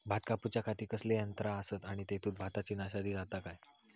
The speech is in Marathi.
भात कापूच्या खाती कसले यांत्रा आसत आणि तेतुत भाताची नाशादी जाता काय?